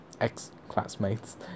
ex-classmates